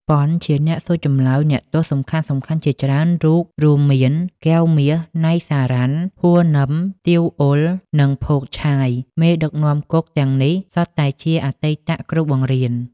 ប៉ុន ជាអ្នកសួរចម្លើយអ្នកទោសសំខាន់ៗជាច្រើនរូបរួមមាន កែវ មាស, ណៃ សារ៉ាន់, ហ៊ូ នឹម, ទីវ អុល និង ភោគ ឆាយ មេដឹកនាំគុកទាំងនេះសុទ្ធតែជាអតីតគ្រូបង្រៀន ។